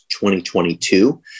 2022